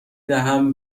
دهم